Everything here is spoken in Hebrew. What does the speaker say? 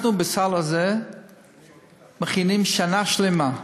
אנחנו בסל הזה מכינים שנה שלמה.